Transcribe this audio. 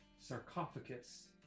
sarcophagus